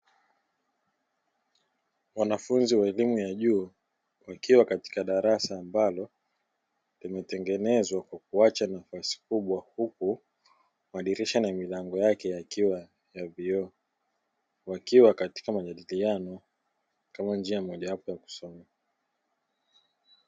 Wanafunzi wa elimu ya juu wakiwa katika darasa ambalo limetengenezwa kwa kuacha nafasi kubwa, huku madirisha na milango yake ikiwa ya vioo, wakiwa katika majadiliano kama njia moja wapo ya masomo.